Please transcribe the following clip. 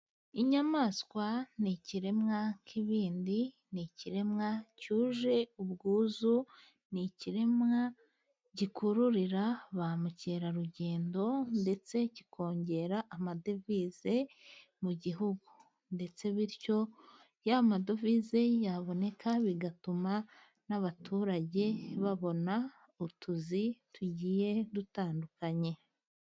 Inyamaswa ni ikiremwa nk'ibindi, ni ikiremwa cyuje ubwuzu, ni ikiremwa gikurura ba mukerarugendo, ndetse kikongera amadevize mu gihugu, ndetse bityo ya madovize yaboneka bigatuma n'abaturage babona utuzi tugiye dutandukanye.